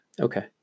Okay